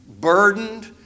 burdened